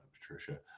Patricia